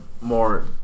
more